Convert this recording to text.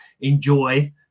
enjoy